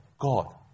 God